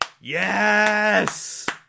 Yes